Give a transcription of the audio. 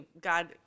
God